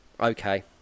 Okay